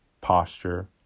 posture